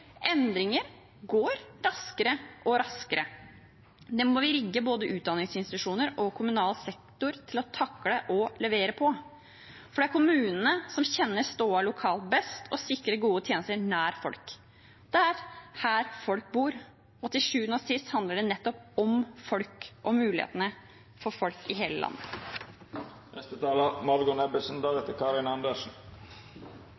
Endringer går raskere og raskere. Det må vi rigge både utdanningsinstitusjoner og kommunal sektor til å takle og levere på, for det er kommunene som kjenner stoda lokalt best og sikrer gode tjenester nær folk. Det er her folk bor, og til sjuende og sist handler det nettopp om folk og mulighetene for folk i hele landet.